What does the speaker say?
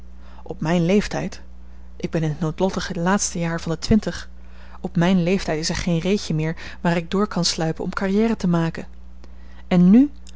op mijn leeftijd ik ben in t noodlottige laatste jaar van de twintig op mijn leeftijd is er geen reetje meer waar ik door kan sluipen om carrière te maken en nù terwijl